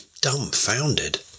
dumbfounded